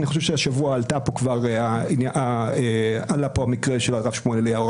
אני חושב שהשבוע עלה כאן המקרה של הרב שמואל אליהו,